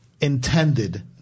intended